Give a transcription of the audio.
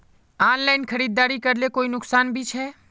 Online खरीदारी करले कोई नुकसान भी छे?